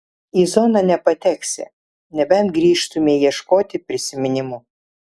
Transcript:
į zoną nepateksi nebent grįžtumei ieškoti prisiminimų